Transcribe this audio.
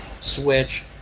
switch